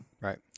Right